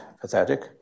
pathetic